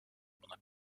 buna